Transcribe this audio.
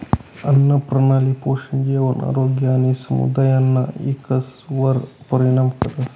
आन्नप्रणाली पोषण, जेवण, आरोग्य आणि समुदायना इकासवर परिणाम करस